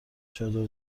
چادر